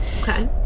okay